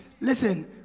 Listen